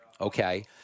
okay